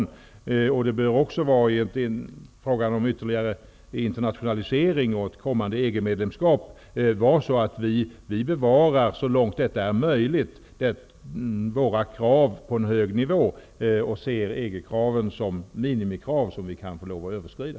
När det gäller en ytterligare internationalisering och ett kommande EG-medlemskap, bör det vara så att vi så långt det är möjligt bevarar våra krav på en hög nivå och ser EG-kraven som minimikrav som vi kan höja.